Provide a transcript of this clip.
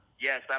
Yes